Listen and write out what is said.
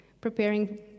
preparing